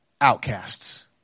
Outcasts